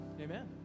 Amen